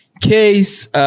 case